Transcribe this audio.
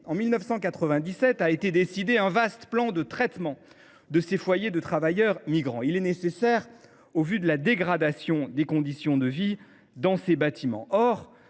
En 1997 a été décidé un vaste plan de traitement de ces foyers, un plan nécessaire au vu de la dégradation des conditions de vie dans ces bâtiments.